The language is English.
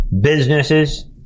businesses